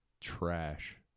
trash